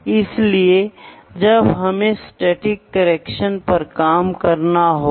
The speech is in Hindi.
इसलिए एक सेकेंड्री मेजरमेंट के लिए एक उपकरण की आवश्यकता होती है जो प्रेशर चेंज को लेंथ चेंज में बदल देता है